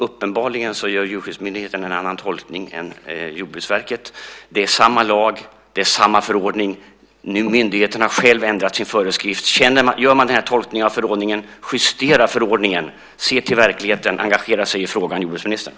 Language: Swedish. Uppenbarligen gör Djurskyddsmyndigheten en annan tolkning än Jordbruksverket. Det är samma lag och det är samma förordning. Nu har myndigheterna själva ändrat sin föreskrift och gör den här tolkningen av förordningen. Justera förordningen! Se till verkligheten! Engagera sig i frågan, jordbruksministern!